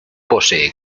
posee